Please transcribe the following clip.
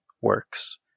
works